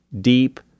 deep